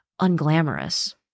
unglamorous